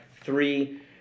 three